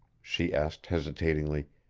she asked hesitatingly,